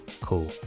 cool